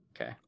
Okay